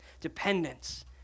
dependence